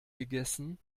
gegessen